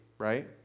right